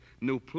New